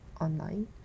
online